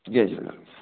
Jay Jhulelal